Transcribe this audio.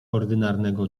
ordynarnego